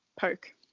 poke